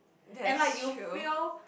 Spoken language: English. and like you fail